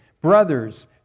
Brothers